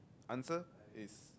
answer is